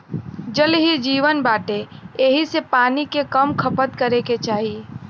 जल ही जीवन बाटे एही से पानी के कम खपत करे के चाही